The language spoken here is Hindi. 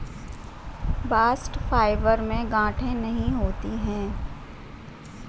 बास्ट फाइबर में गांठे नहीं होती है